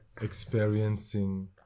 experiencing